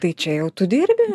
tai čia jau tu dirbi